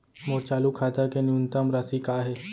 मोर चालू खाता के न्यूनतम राशि का हे?